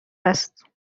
است